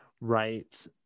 right